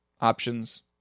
options